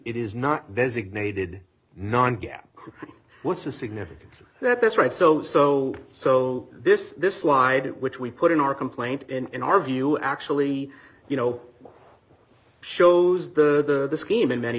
it is not designated nonghet what's the significance of that that's right so so so this this slide which we put in our complaint in our view actually you know shows the scheme in many